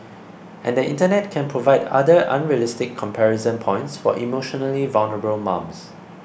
and the Internet can provide other unrealistic comparison points for emotionally vulnerable mums